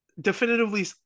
definitively